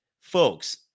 folks